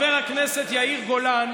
חבר הכנסת יאיר גולן,